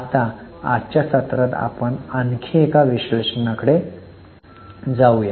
आता आजच्या सत्रात आपण आणखी एका विश्लेषणाकडे जाऊया